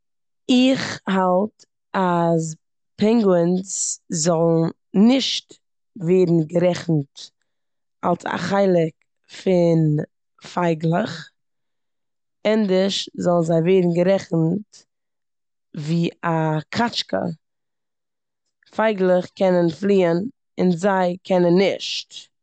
איך האלט אז פענגוווינס זאלן נישט ווערן גערעכנט אלס א חלק פון פייגלעך, ענדערש זאלן זיי ווערן גערעכנט ווי א קאטשקע. פייגלעך קענען פליען און זיי נישט.